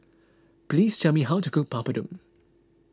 please tell me how to cook Papadum